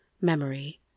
memory